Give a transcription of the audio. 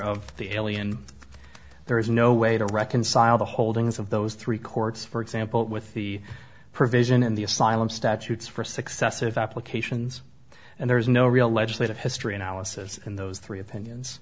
of the alien there is no way to reconcile the holdings of those three courts for example with the provision in the asylum statutes for successive applications and there is no real legislative history analysis in those three opinions